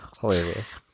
hilarious